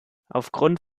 aufgrund